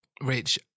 Rich